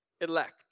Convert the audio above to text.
Elect